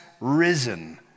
risen